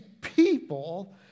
people